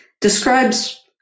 describes